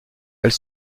elle